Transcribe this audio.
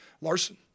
Larson